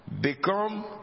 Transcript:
become